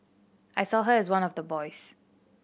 I saw her as one of the boys